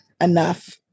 enough